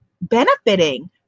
benefiting